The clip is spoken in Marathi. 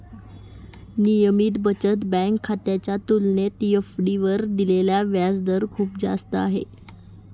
नियमित बचत बँक खात्याच्या तुलनेत एफ.डी वर दिलेला व्याजदर खूप जास्त आहे